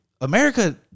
America